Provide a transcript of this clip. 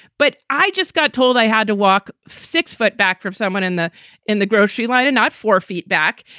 but i just got told i had to walk six foot back from someone in the in the grocery line and not four feet back.